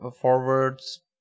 forwards